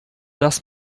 dass